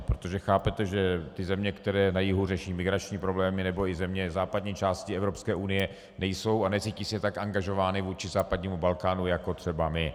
Protože chápete, že ty země, které na jihu řeší migrační problémy, nebo i země západní části Evropské unie nejsou a necítí se tak angažovány vůči západnímu Balkánu jako třeba my.